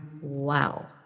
Wow